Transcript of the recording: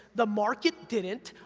the market didn't,